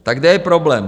Tak kde je problém?